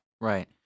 Right